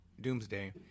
Doomsday